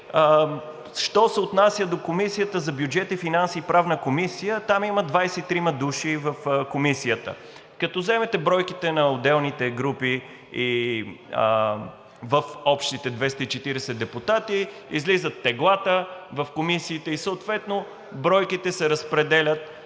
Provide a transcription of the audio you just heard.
що се отнася до Комисията по бюджет и финанси и Правната комисия, там има 23 души в Комисията. Като вземете бройките на отделните групи и в общите 240 депутати, излизат теглата в комисиите и съответно бройките се разпределят